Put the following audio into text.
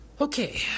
Okay